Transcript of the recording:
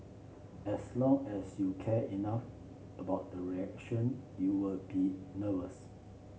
as long as you care enough about the reaction you will be nervous